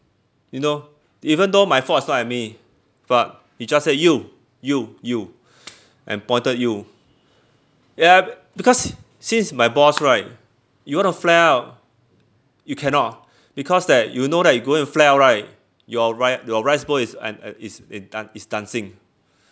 you know even though my fault is not at me right I mean but he just say you you you and pointed you ya because since my boss right you want to flare up you cannot because that you know that you going to flare up right your ri~ your rice bowl is an~ an~ is is dan~ is dancing